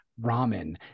Ramen